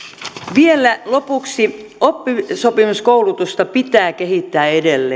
vielä lopuksi oppisopimuskoulutusta pitää kehittää